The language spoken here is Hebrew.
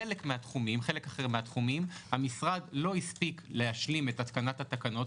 חלק אחר מן התחומים המשרד לא הספיק להשלים בו את התקנת התקנות.